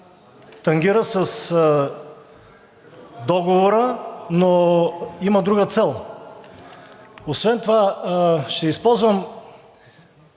тангира с договора, но има друга цел. Освен това ще използвам